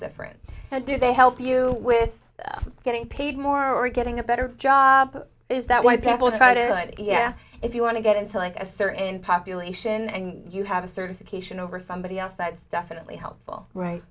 different do they help you with getting paid more or getting a better job is that why people try to if you want to get in to like a certain population and you have a certification over somebody else that is definitely helpful right